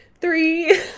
Three